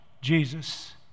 Jesus